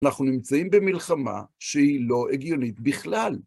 אנחנו נמצאים במלחמה שהיא לא הגיונית בכלל.